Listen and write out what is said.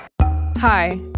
Hi